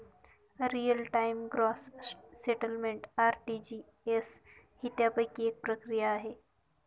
real time gross settlement RTGS ही त्यापैकी एक प्रक्रिया आहे